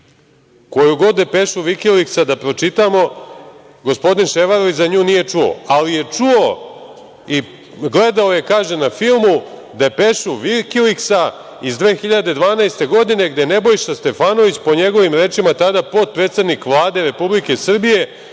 Koju god depešu „Vikiliksa“ da pročitamo, gospodin Ševarlić za nju nije čuo, ali je čuo i gledao je, kaže, na filmu depešu „Vikiliksa“ iz 2012. godine gde Nebojša Stefanović, po njegovim rečima, tada potpredsednik Vlade Republike Srbije,